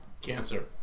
cancer